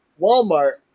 Walmart